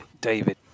David